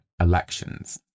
elections